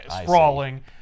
sprawling